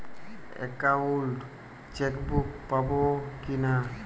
Account chequebook পাবো কি না?